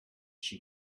she